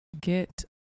get